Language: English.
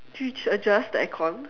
did you adjust the aircon